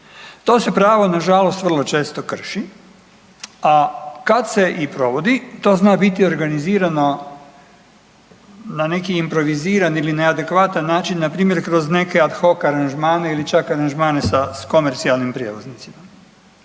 To se pravo nažalost vrlo često krši, a kad se i provodi to zna biti organizirano na neki improviziran ili neadekvatan način npr. kroz neke ad hoc aranžmane ili čak aranžmane sa komercijalnim prijevoznicima.